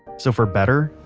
so for better,